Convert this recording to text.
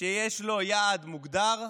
שיש לו יעד מוגדר,